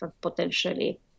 potentially